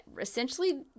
essentially